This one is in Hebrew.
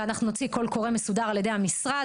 ואנחנו נוציא קול קורא מסודר על ידי המשרד,